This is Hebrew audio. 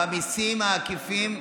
במיסים העקיפים,